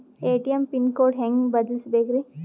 ATM pin code ಹೆಂಗ್ ಬದಲ್ಸ್ಬೇಕ್ರಿ?